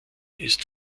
ist